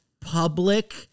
public